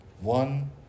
one